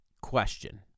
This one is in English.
Question